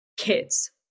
kids